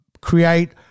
create